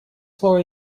слово